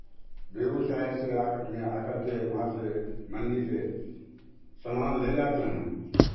बेगूसराय से में आकर के वहाँ से मंडी से सामान ले जाते हैं